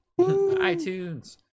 iTunes